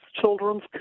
children's